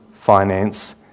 finance